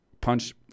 punch